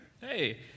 Hey